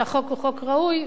שהחוק הוא חוק ראוי,